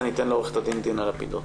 עו"ד דינה לפידות.